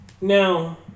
Now